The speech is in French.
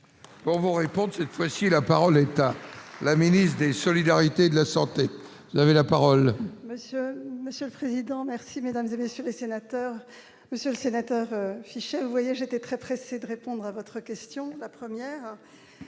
Bon vous répondent cette fois-ci, la parole est à la ministre des solidarités, de la santé avait la parole.